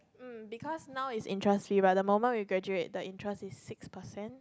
mm because now it's interest free but the moment we graduate the interest is six percent